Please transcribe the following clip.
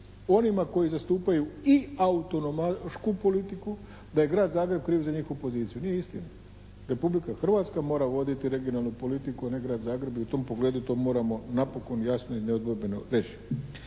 onima koji zastupaju i autonomašku politiku da je Grad Zagreb kriv za njihovu poziciju. Nije istina. Republika Hrvatska mora voditi regionalnu politiku, a ne Grad Zagreb i u tom pogledu to moramo napokon jasno i nedvojbeno reći.